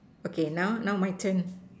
okay now now my turn